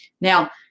Now